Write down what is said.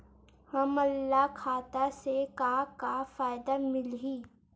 हमन ला खाता से का का फ़ायदा मिलही?